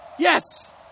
Yes